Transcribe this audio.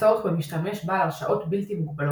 הצורך במשתמש בעל הרשאות בלתי מוגבלות.